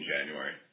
January